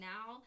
Now